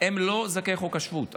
הם לא זכאי חוק השבות,